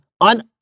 on